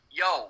yo